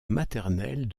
maternelle